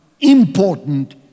important